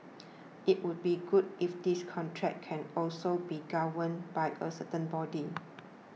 it would be good if this contract can also be governed by a certain body